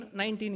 19